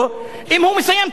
אם הוא מסיים תוך שנה?